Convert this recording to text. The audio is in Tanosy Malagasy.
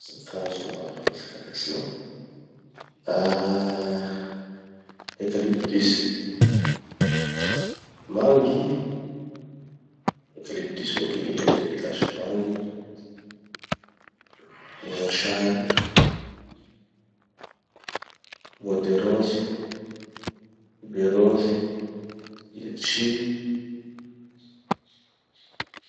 Mizakà hazo maro araky ze fantatsinao. Ah Ecalyptus, mangy; Ecalyptus moa kininy amy teny gasy. Mangy, voasary, bois de rose, baie rose, letchi.